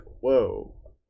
whoa